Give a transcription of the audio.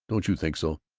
don't you think so?